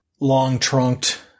long-trunked